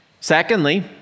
Secondly